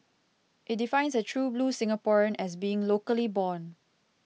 it defines a true blue Singaporean as being locally born